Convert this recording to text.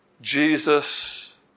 Jesus